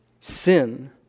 sin